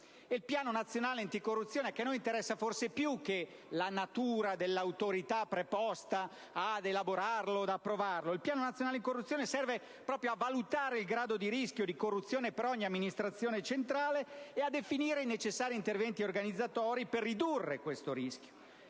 al Piano nazionale anticorruzione, che a noi interessa forse più che la natura dell'autorità preposta ad elaborarlo ed approvarlo, serve a valutare il grado di rischio di corruzione di ogni amministrazione centrale e a definire i necessari interventi organizzatori per ridurre questo rischio.